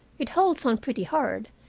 it holds on pretty hard,